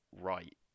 right